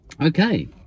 Okay